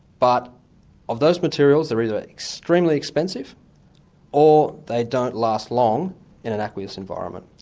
but of those materials, they're either extremely expensive or they don't last long in an aqueous environment.